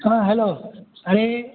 हँ हेलो हे ई